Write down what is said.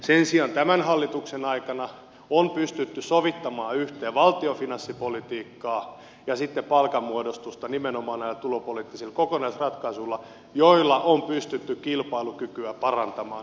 sen sijaan tämän hallituksen aikana on pystytty sovittamaan yhteen valtion finanssipolitiikkaa ja sitten palkanmuodostusta nimenomaan näillä tulopoliittisilla kokonaisratkaisuilla joilla on pystytty kilpailukykyä parantamaan